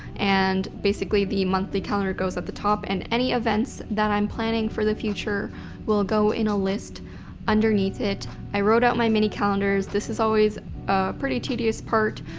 and basically the monthly calendar goes at the top. and any events that i'm planning for the future will go in a list underneath it. i wrote out my mini calendars. this is always a pretty tedious part.